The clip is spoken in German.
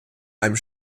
einem